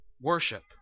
worship